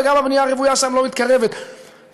וגם הבנייה הרוויה שם לא מתקרבת למה